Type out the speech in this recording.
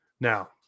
Now